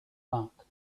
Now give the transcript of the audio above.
back